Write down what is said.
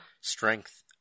strength